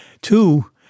Two